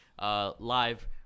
live